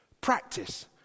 Practice